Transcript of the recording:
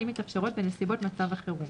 אם מתאפשרות בנסיבות מצב החירום.